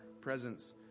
presence